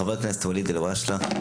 חבר הכנסת ואליד אלהואשלה.